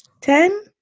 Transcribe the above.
Ten